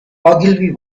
ogilvy